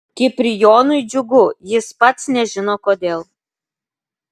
kiprijonui džiugu jis pats nežino kodėl